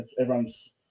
Everyone's